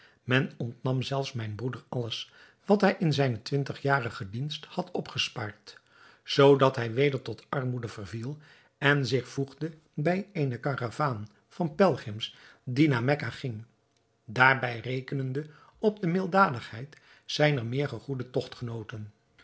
men ontnam zelfs mijn broeder alles wat hij in zijne twintigjarige dienst had opgespaard zoodat hij weder tot armoede verviel en zich voegde bij eene karavaan van pelgrims die naar mekka ging daarbij rekenende op de milddadigheid zijner meer gegoede togtgenooten